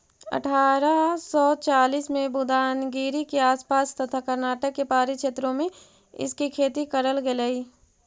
अठारा सौ चालीस में बुदानगिरी के आस पास तथा कर्नाटक के पहाड़ी क्षेत्रों में इसकी खेती करल गेलई